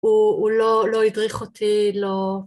‫הוא לא הדריך אותי, לא...